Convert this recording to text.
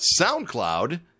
SoundCloud